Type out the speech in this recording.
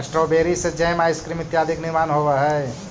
strawberry से jam, ice cream इत्यादि के निर्माण होवऽ हइ